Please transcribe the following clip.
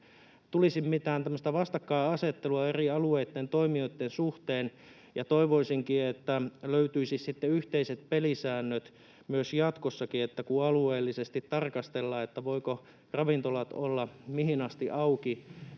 tämmöistä vastakkainasettelua eri alueitten toimijoitten suhteen. Toivoisinkin, että löytyisi yhteiset pelisäännöt jatkossakin, että kun alueellisesti tarkastellaan, voivatko ravintolat olla mihin asti auki,